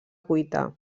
cuita